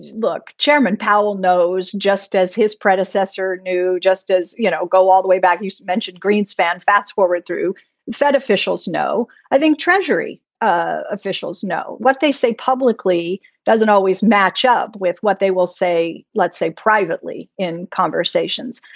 look. chairman powell knows just as his predecessor knew. just as, you know, go all the way back. you mentioned greenspan. fast forward through fed officials. no, i think treasury officials know what they say publicly doesn't always match up with what they will say, let's say privately in conversations.